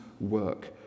work